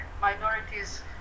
minorities